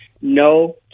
no